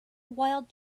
wild